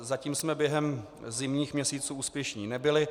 Zatím jsme během zimních měsíců úspěšní nebyli.